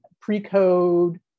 pre-code